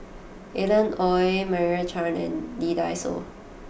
Alan Oei Meira Chand and Lee Dai Soh